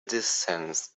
distance